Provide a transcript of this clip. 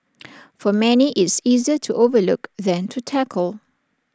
for many it's easier to overlook than to tackle